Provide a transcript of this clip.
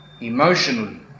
emotionally